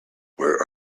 where